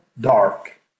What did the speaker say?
dark